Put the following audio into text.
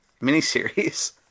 miniseries